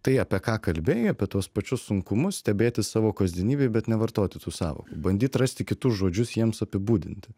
tai apie ką kalbėjai apie tuos pačius sunkumus stebėti savo kasdienybėj bet nevartoti tų sąvokų bandyt rasti kitus žodžius jiems apibūdinti